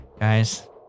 Guys